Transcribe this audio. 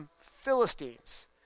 Philistines